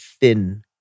thin